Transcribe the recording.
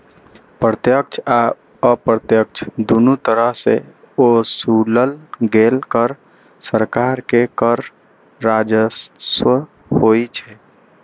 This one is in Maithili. प्रत्यक्ष आ अप्रत्यक्ष, दुनू तरह सं ओसूलल गेल कर सरकार के कर राजस्व होइ छै